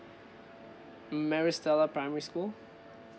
maris stella primary school